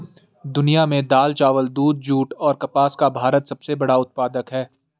दुनिया में दाल, चावल, दूध, जूट और कपास का भारत सबसे बड़ा उत्पादक है